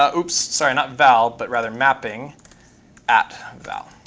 ah oops. sorry, not val but rather mapping at val.